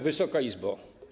Wysoka Izbo!